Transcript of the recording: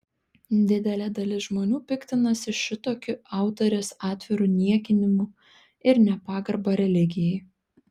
didelė dalis žmonių piktinasi šitokiu autorės atviru niekinimu ir nepagarba religijai